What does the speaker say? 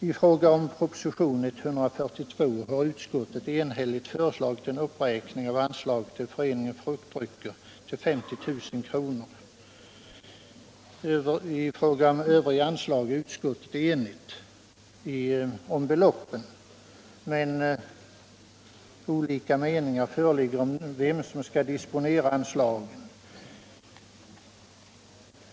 I enlighet med proposition 142 har utskottet enhälligt föreslagit en uppräkning av anslaget till Föreningen Fruktdrycker till 50 000 kr. Vad beträffar övriga anslag är utskottet enigt i fråga om beloppen, men olika meningar föreligger om vem som skall disponera anslagen.